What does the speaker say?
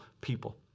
people